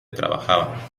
trabajaba